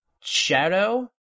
Shadow